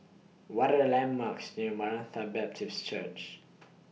What Are The landmarks near Maranatha Baptist Church